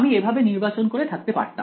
আমি এভাবে নির্বাচন করে থাকতে পারতাম